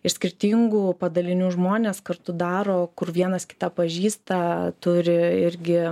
iš skirtingų padalinių žmonės kartu daro kur vienas kitą pažįsta turi irgi